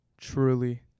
Truly